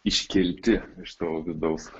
iškelti iš savo vidaus